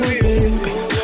baby